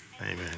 Amen